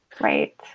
Right